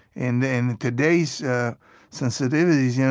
in in today's sensitivities, yeah